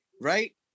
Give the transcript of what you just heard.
Right